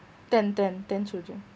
ten ten ten children